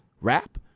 rap